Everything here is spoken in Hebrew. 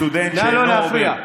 לא להפריע.